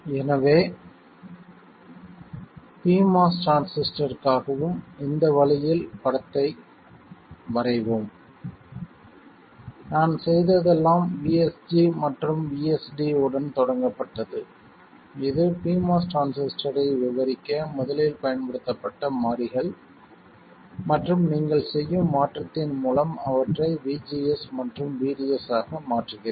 எனவே pMOS டிரான்சிஸ்டருக்காகவும் இந்த வழியில் படத்தை வரைவோம் நான் செய்ததெல்லாம் vSG மற்றும் vSD உடன் தொடங்கப்பட்டது இது pMOS டிரான்சிஸ்டரை விவரிக்க முதலில் பயன்படுத்தப்பட்ட மாறிகள் மற்றும் நீங்கள் செய்யும் மாற்றத்தின் மூலம் அவற்றை vGS மற்றும் vDS ஆக மாற்றுகிறேன்